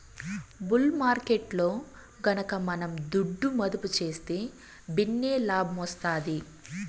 bull మార్కెట్టులో గనక మనం దుడ్డు మదుపు సేస్తే భిన్నే లాబ్మొస్తాది